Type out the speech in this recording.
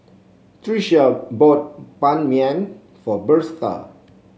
Tricia bought Ban Mian for Birtha